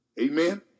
amen